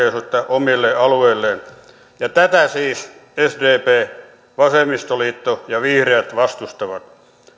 omille alueilleen tätä siis sdp vasemmistoliitto ja vihreät vastustavat